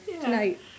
tonight